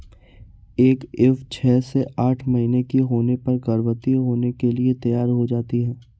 एक ईव छह से आठ महीने की होने पर गर्भवती होने के लिए तैयार हो जाती है